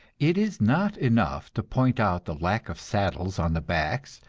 it is not enough to point out the lack of saddles on the backs,